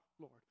Lord